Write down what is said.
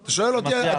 אתה שואל אותי?